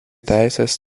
teisės